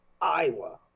Iowa